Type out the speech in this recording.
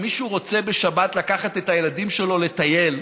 אם מישהו רוצה בשבת לקחת את הילדים שלו לטייל,